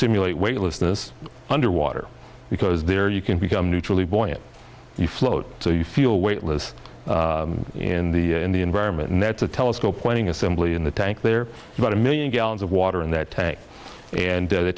simulate weightlessness underwater because there you can become neutrally buoyant you float so you feel weightless in the in the environment and that's a telescope pointing assembly in the tank there about a million gallons of water in that tank and